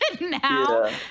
Now